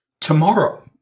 tomorrow